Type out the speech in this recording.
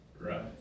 Right